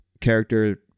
character